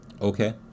Okay